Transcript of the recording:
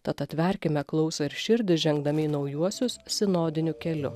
tad atverkime klausą ir širdį žengdami į naujuosius sinodiniu keliu